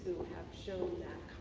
have shown